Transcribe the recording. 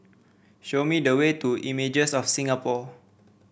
show me the way to Images of Singapore